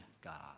God